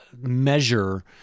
measure